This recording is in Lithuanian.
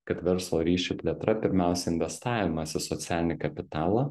kad verslo ryšių plėtra pirmiausia investavimas į socialinį kapitalą